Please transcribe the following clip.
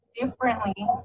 differently